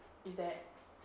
it's that